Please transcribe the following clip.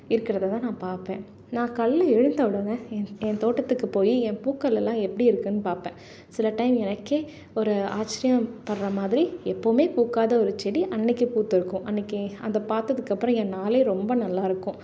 இருக்கிறததான் நான் பார்ப்பேன் நான் காலையில் எழுந்தவுடனே என் என் தோட்டத்துக்கு போய் என் பூக்களெல்லாம் எப்படி இருக்குதுன்னு பார்ப்பேன் சில டைம் எனக்கே ஒரு ஆச்சிர்யம் படுற மாதிரி எப்போவுமே பூக்காத ஒரு செடி அன்றைக்கி பூத்திருக்கும் அன்றைக்கி அதை பார்த்ததுக்கு அப்புறம் என் நாளே ரொம்ப நல்லாயிருக்கும்